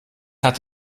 hat